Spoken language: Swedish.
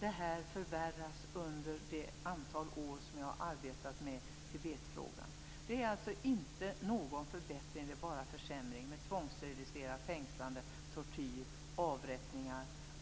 detta bara förvärras under det antal år som jag arbetat med Tibetfrågan. Det är alltså inte någon förbättring, bara försämring, med tvångssteriliseringar, fängslanden, tortyr, avrättningar.